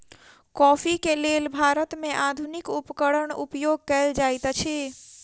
coffee के लेल भारत में आधुनिक उपकरण उपयोग कएल जाइत अछि